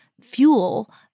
fuel